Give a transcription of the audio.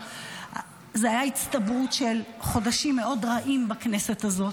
זאת הייתה הצטברות של חודשים מאוד רעים בכנסת הזאת,